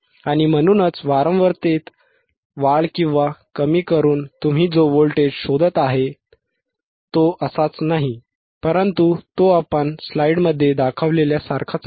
आणि म्हणूनच वारंवारतेत वाढ किंवा कमी करून तुम्ही जो व्होल्टेज शोधत आहात तो असाच नाही परंतु तो आपण स्लाइडमध्ये दाखवलेल्या सारखाच आहे